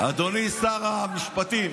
אדוני שר המשפטים,